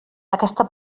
aquesta